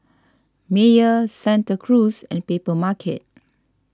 Mayer Santa Cruz and Papermarket